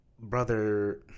brother